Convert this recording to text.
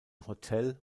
hotel